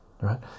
right